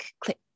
click